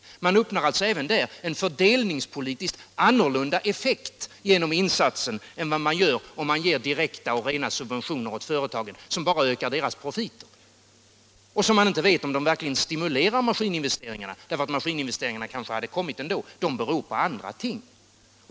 Även där uppnår man genom insatsen en annan fördelningspolitisk effekt än man gör om man ger företagen direkta och rena subventioner, vilka bara ökar företagens profit. Man vet inte om subventionerna verkligen stimulerar maskininvesteringarna, eftersom dessa investeringar kanske ' hade kommit ändå. De beror på andra ting.